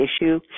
issue